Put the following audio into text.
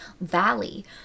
valley